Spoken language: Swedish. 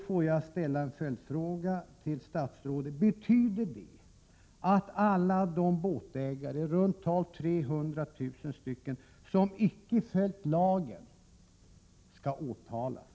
Jag vill då ställa en följdfråga till statsrådet: Betyder det att alla de båtägare, i runt tal 300 000, som icke har följt lagen skall åtalas?